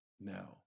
now